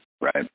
Right